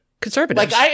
Conservatives